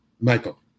Michael